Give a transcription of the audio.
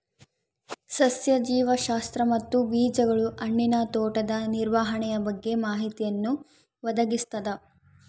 ಸಸ್ಯ ಜೀವಶಾಸ್ತ್ರ ಮತ್ತು ಬೀಜಗಳು ಹಣ್ಣಿನ ತೋಟದ ನಿರ್ವಹಣೆಯ ಬಗ್ಗೆ ಮಾಹಿತಿಯನ್ನು ಒದಗಿಸ್ತದ